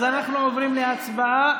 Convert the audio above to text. אז אנחנו עוברים להצבעה,